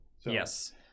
Yes